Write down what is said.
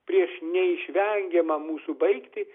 prieš neišvengiamą mūsų baigtį